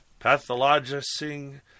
pathologizing